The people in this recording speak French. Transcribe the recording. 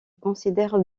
considère